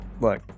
look